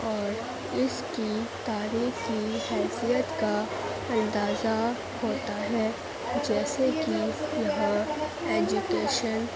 اور اس کی تاریخی حیثیت کا اندازہ ہوتا ہے جیسے کہ یہاں ایجوکیشن